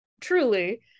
truly